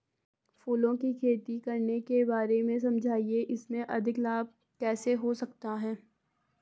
फूलों की खेती करने के बारे में समझाइये इसमें अधिक लाभ कैसे हो सकता है?